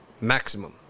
maximum